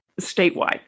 statewide